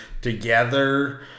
together